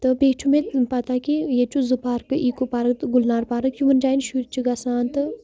تہٕ بیٚیہِ چھُ مےٚ پَتہ کہِ ییٚتہِ چھُ زٕ پارکہٕ ایٖکو پارک تہٕ گُلنار پارک یِمَن جایَن شُرۍ چھِ گژھان تہٕ